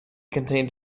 contained